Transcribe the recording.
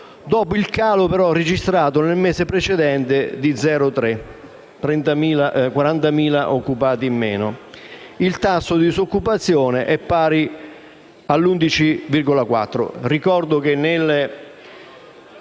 dopo il calo registrato nel mese precedente, dello 0,3 per cento con 40.000 occupati in meno. Il tasso di disoccupazione è pari all'11,4